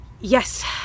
Yes